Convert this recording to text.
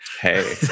Hey